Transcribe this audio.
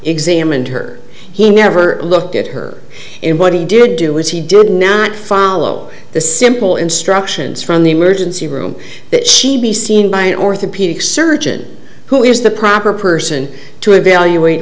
examined her he never looked at her and what he did do was he did not follow the simple instructions from the emergency room that she be seen by an orthopedic surgeon who is the proper person to evaluate